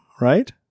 right